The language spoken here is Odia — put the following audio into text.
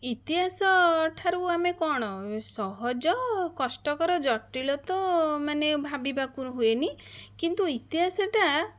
ଇତିହାସ ଠାରୁ ଆମେ କ'ଣ ସହଜ କଷ୍ଟକର ଜଟିଳ ତ ମାନେ ଭାବିବାକୁ ହୁଏନି କିନ୍ତୁ ଇତିହାସ ଟା